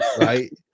right